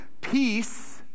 Peace